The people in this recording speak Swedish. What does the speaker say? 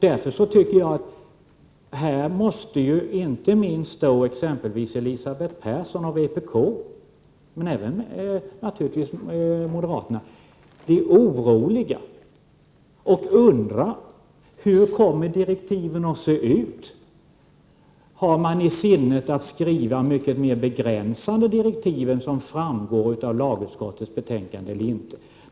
Därför tycker jag att inte minst Elisabeth Persson och vpk, men naturligtvis även moderaterna, måste bli oroliga och undra hur direktiven kommer att se ut. Har regeringen i sinnet att skriva mycket mer begränsande direktiv än som framgår av lagutskottets betänkande?